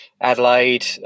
Adelaide